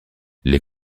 les